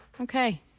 Okay